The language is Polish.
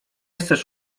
chcesz